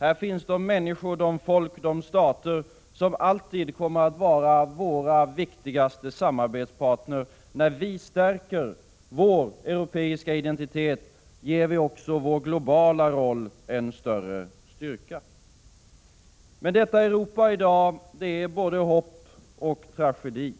Här finns de människor, de folk och de stater som alltid kommer att vara våra viktigaste samarbetspartner. När vi stärker vår europeiska identitet ger vi också vår globala roll en större styrka. Men detta Europa i dag är både hopp och tragedi.